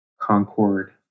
Concord